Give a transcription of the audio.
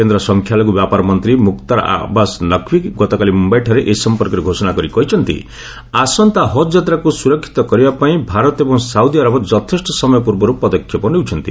କେନ୍ଦ୍ର ସଂଖ୍ୟାଲଘୁ ବ୍ୟାପାର ମନ୍ତ୍ରୀ ମୁକ୍ତାର ଆବାସ୍ ନକ୍ଭି ଗତକାଲି ମୁମ୍ଭାଇଠାରେ ଏ ସମ୍ପର୍କରେ ଘୋଷଣା କରି କହିଛନ୍ତି ଆସନ୍ତା ହଜ୍ ଯାତ୍ରାକୁ ସୁରକ୍ଷିତ କରିବାପାଇଁ ଭାରତ ଏବଂ ସାଉଦୀ ଆରବ ଯଥେଷ୍ଟ ସମୟ ପୂର୍ବରୁ ପଦକ୍ଷେପ ନେଉଛନ୍ତି